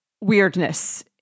weirdness